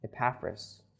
Epaphras